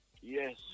yes